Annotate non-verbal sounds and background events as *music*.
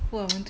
*noise*